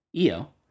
Io